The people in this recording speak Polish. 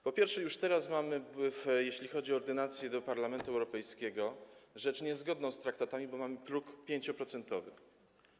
Po pierwsze, już teraz mamy, jeśli chodzi o ordynację do Parlamentu Europejskiego, rzecz niezgodną z traktatami, bo mamy 5-procentowy próg.